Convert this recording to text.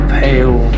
pale